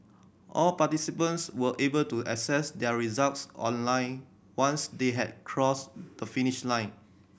all participants were able to access their results online once they had crossed the finish line